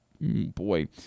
boy